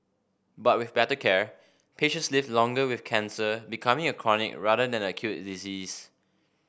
but with better care patients live longer with cancer becoming a chronic rather than acute disease